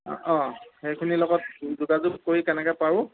অঁ সেইখিনি লগত যোগাযোগ কৰি কেনেকে পাৰোঁ